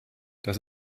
das